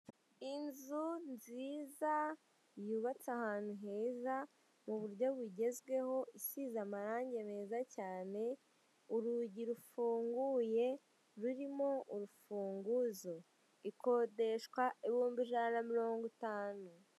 Inzu nziza, yubatse ahantu heza, mu buryo bugezweho, isize amarangi meza cyane, urugi rufunguye rurimo urufunguzo. Ikodesha ibihumbi ijana na mirongo itanu.